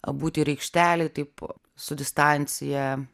būt ir aikštelėj taip su distancija